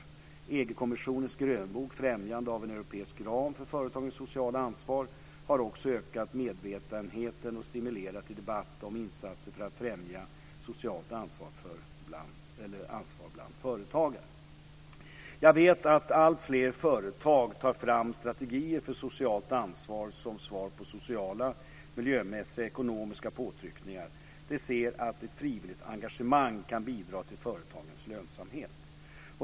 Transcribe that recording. Den EG-kommissionens grönbok Främjande av en europeisk ram för företagens sociala ansvar har också ökat medvetenheten och stimulerat till debatt om insatser för att främja socialt ansvar bland företagare. Jag vet att alltfler företag tar fram strategier för socialt ansvar som svar på sociala, miljömässiga och ekonomiska påtryckningar. De ser att ett frivilligt engagemang kan bidra till företagets lönsamhet.